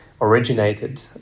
originated